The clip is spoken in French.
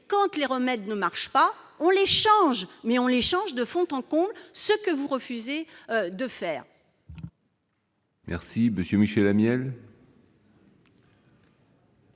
quand les remèdes n'ont pas d'effets, on les change ! Mais on les change de fond en comble, ce que vous refusez de faire.